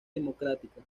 democrática